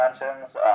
mentions